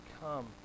come